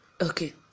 okay